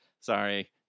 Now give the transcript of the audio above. Sorry